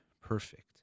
perfect